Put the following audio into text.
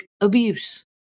abuse